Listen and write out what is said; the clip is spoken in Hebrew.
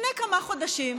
לפני כמה חודשים,